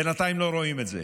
בינתיים לא רואים את זה.